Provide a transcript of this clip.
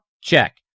Check